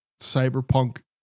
cyberpunk